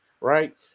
right